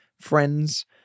friends